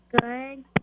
Good